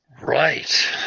Right